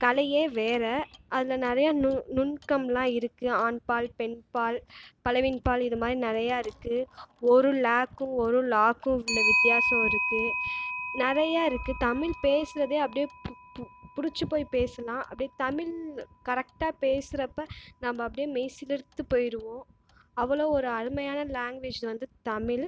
கலையே வேறு அதில் நிறையா நு நுணுக்கம்லாம் இருக்குது ஆண்பால் பெண்பால் பலவின்பால் இதே மாதிரி நிறையா இருக்குது ஒரு ல க்கும் ஒரு ள க்கும் உள்ள வித்தியாசம் இருக்குது நிறையா இருக்குது தமிழ் பேசுகிறதே அப்படியே பு பிடிச்சி போயி பேசலாம் அப்படியே தமிழ் கரக்ட்டாக பேசுகிறப்ப நம்ம அப்படியே மெய் சிலிர்த்து போயிருவோம் அவ்வளோ ஒரு அருமையான லாங்குவேஜ் வந்து தமிழ்